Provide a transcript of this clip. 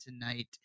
tonight